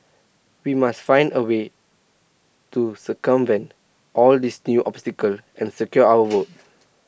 we must find A way to circumvent all these new obstacles and secure our votes